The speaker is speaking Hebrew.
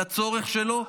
לצורך שלו,